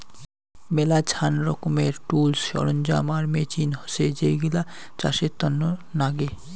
মেলাছান রকমের টুলস, সরঞ্জাম আর মেচিন হসে যেইগিলা চাষের তন্ন নাগে